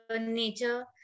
nature